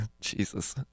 Jesus